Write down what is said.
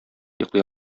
йоклый